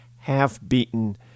half-beaten